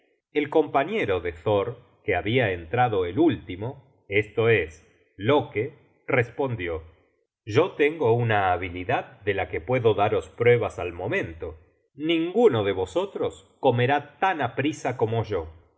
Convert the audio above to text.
el compañero de thor que habia entrado el último esto es loke respondió yo tengo una habilidad de la que puedo daros pruebas al momento ninguno de vosotros comerá tan aprisa como yo